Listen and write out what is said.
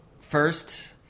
first